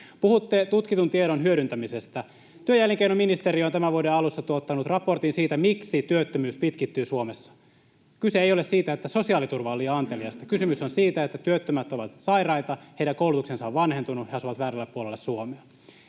Puhutte tutkitun tiedon hyödyntämisestä. Työ- ja elinkeinoministeriö on tämän vuoden alussa tuottanut raportin siitä, miksi työttömyys pitkittyy Suomessa. Kyse ei ole siitä, että sosiaaliturva on liian anteliasta. Kysymys on siitä, että työttömät ovat sairaita, heidän koulutuksensa on vanhentunut, he asuvat väärällä puolella Suomea.